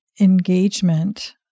engagement